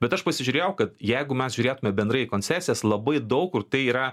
bet aš pasižiūrėjau kad jeigu mes žiūrėtume bendrai į koncesijas labai daug kur tai yra